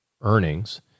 earnings